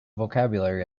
vocabulary